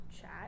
chat